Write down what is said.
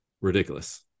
ridiculous